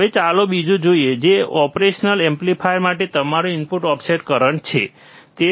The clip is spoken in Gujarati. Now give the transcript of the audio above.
હવે ચાલો બીજું જોઈએ જે ઓપરેશનલ એમ્પ્લીફાયર માટે તમારો ઇનપુટ ઓફસેટ કરંટ છે